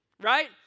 right